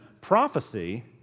prophecy